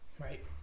right